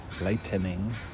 Lightening